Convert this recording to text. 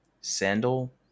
sandal